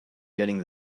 getting